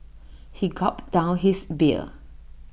he gulped down his beer